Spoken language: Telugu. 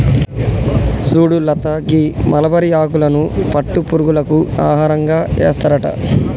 సుడు లత గీ మలబరి ఆకులను పట్టు పురుగులకు ఆహారంగా ఏస్తారట